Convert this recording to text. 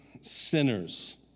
sinners